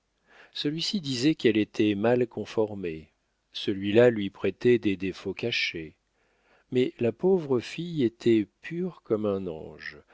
celui-ci disait qu'elle était mal conformée celui-là lui prêtait des défauts cachés mais la pauvre fille était pure comme un ange